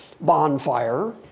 bonfire